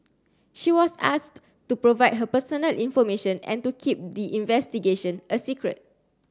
she was asked to provide her personal information and to keep the investigation a secret